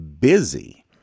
busy